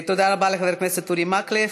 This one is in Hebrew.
תודה רבה לחבר הכנסת אורי מקלב.